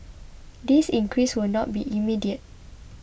this increase will not be immediate